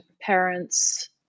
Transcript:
parents